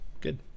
good